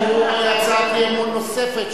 יש לנו הצעת אי-אמון נוספת,